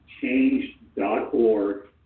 change.org